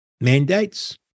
mandates